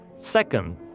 Second